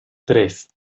tres